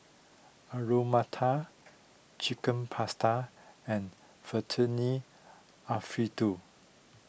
Alu Matar Chicken Pasta and Alfredo